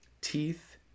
teeth